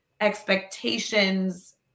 expectations